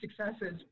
successes